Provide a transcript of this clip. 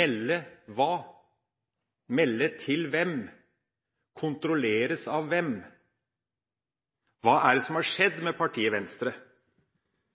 Melde hva? Melde til hvem? Kontrolleres av hvem? Hva er det som har